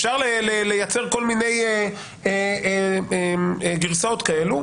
אפשר לייצר כל מיני גרסאות כאלה.